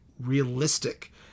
realistic